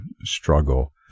struggle